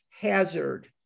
Hazard